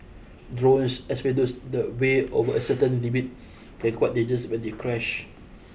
drones especially those the weigh over a certain limit can quite dangerous when they crash